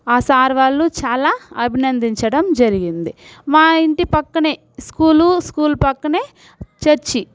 ఆ సార్ వాళ్ళు చాలా అభినందించడం జరిగింది మా ఇంటి పక్కనే స్కూలు స్కూలు పక్కనే చర్చీ